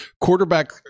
quarterback